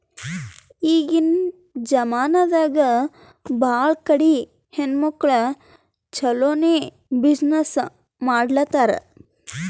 ಈಗಿನ್ ಜಮಾನಾದಾಗ್ ಭಾಳ ಕಡಿ ಹೆಣ್ಮಕ್ಕುಳ್ ಛಲೋನೆ ಬಿಸಿನ್ನೆಸ್ ಮಾಡ್ಲಾತಾರ್